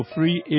Free